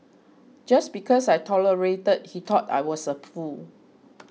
just because I tolerated he thought I was a fool